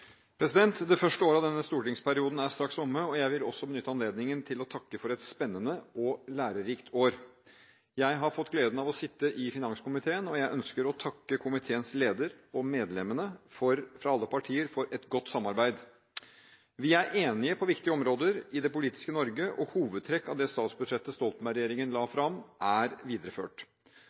Det første året av denne stortingsperioden er straks omme, og jeg vil også benytte anledningen til å takke for et spennende og lærerikt år. Jeg har fått gleden av å sitte i finanskomiteen, og jeg ønsker å takke komiteens leder og medlemmene fra alle partier for et godt samarbeid. Vi er enige på viktige områder i det politiske Norge, og hovedtrekk av det statsbudsjettet Stoltenberg-regjeringen la fram, er videreført.